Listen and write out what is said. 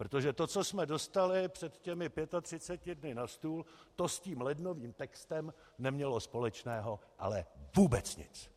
Protože to, co jsme dostali před těmi 35 dny na stůl, to s tím lednovým textem nemělo společného ale vůbec nic!